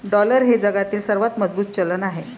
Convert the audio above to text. dollar हे जगातील सर्वात मजबूत चलन आहे